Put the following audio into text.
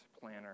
planner